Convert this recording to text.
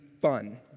fun